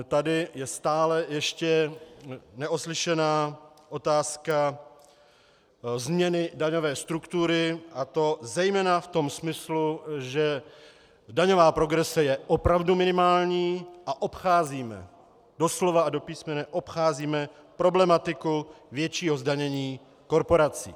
Tady je stále ještě neoslyšena otázka změny daňové struktury, a to zejména v tom smyslu, že daňová progrese je opravdu minimální a obcházíme doslova a do písmene problematiku většího zdanění korporací.